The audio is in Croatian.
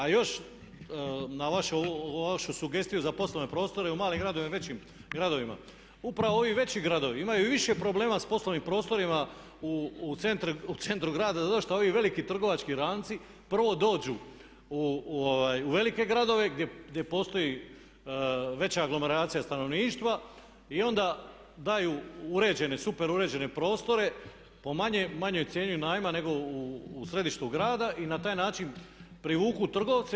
A još na ovu vašu sugestiju za poslovne prostore u malim gradovima i većim gradovima, upravo ovi veći gradovi imaju više problema s poslovnim prostorima u centru grada zato što ovi veliki trgovački lanci prvo dođu u velike gradove gdje postoji veći broj stanovništva i onda daju uređene super uređene prostore pa manjoj cijeni najma nego u središtu grada i na taj način privuku trgovce.